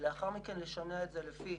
ולאחר מכן לשנע את זה לפי